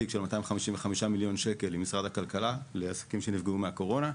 תיק של כ-255 מיליון ₪ עם משרד הכלכלה לעסקים שנפגעו מהקורונה.